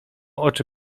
oczy